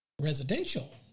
residential